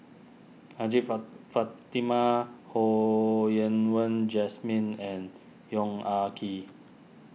Hajjah Fa Fatimah Ho Yen Wah Jesmine and Yong Ah Kee